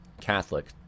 Catholic